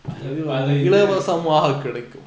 பல இது:pala ithu